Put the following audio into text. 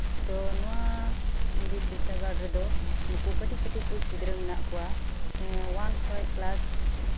ᱛᱚ ᱱᱚᱶᱟ ᱵᱤᱫ ᱵᱤᱫᱽᱫᱟᱹᱜᱟᱲ ᱨᱮᱫᱚ ᱱᱩᱠᱩ ᱠᱟᱹᱴᱤᱡᱼᱠᱟᱹᱴᱤᱡ ᱠᱚ ᱜᱤᱫᱽᱨᱟᱹ ᱢᱮᱱᱟᱜ ᱠᱟᱫ ᱠᱩᱣᱟ ᱮᱸ ᱚᱣᱟᱱ ᱠᱷᱚᱥ ᱠᱮᱞᱟᱥ